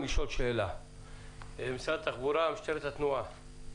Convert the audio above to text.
אני רוצה לשאול שאלה את משרד התחבורה ומשטרת התנועה.